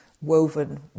woven